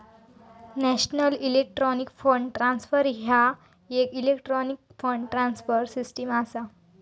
national electronic fund transfer ह्या येक electronic fund transfer system असा